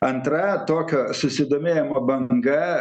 antra tokio susidomėjimo banga